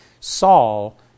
Saul